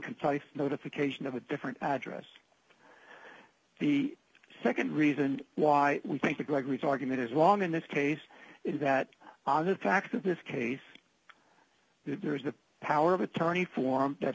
concise notification of a different address the nd reason why we think the gregory's argument is wrong in this case is that on the facts of this case there is the power of attorney form that